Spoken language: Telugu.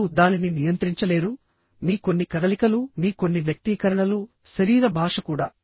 మీరు దానిని నియంత్రించలేరు మీ కొన్ని కదలికలు మీ కొన్ని వ్యక్తీకరణలు శరీర భాష కూడా